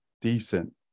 decent